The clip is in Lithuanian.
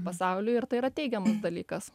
pasauliui ir tai yra teigiamas dalykas